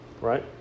Right